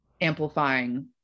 amplifying